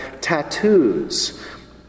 tattoos